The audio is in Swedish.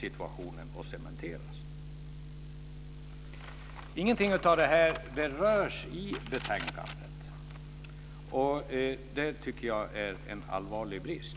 situationen att cementeras. Ingenting av det här berörs i betänkandet. Det tycker jag är en allvarlig brist.